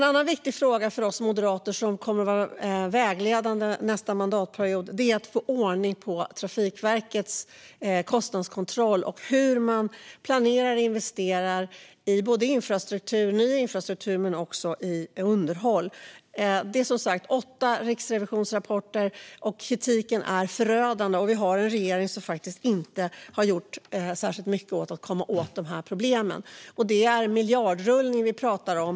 En annan viktig fråga för oss moderater, som kommer att vara vägledande nästa mandatperiod, är att få ordning på Trafikverkets kostnadskontroll och hur man planerar och investerar i såväl ny infrastruktur som underhåll. Det har, som sagt, kommit åtta rapporter från Riksrevisionen. Kritiken är förödande, och vi har en regering som faktiskt inte har gjort särskilt mycket för att komma åt de här problemen. Det är miljardrullning vi pratar om.